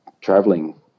traveling